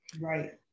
Right